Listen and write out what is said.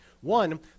One